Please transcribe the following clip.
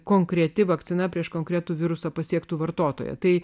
konkreti vakcina prieš konkretų virusą pasiektų vartotoją tai